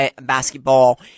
basketball